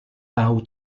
tahu